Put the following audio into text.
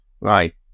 Right